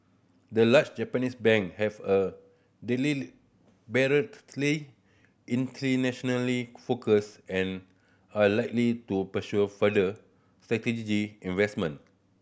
the large Japanese bank have a internationally focus and are likely to pursue further strategy investment